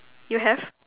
you have